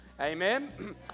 amen